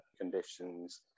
conditions